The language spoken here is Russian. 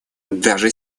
даже